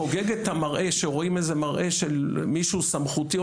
חוגג את המראה שרואים איזה מראה של מישהו סמכותי,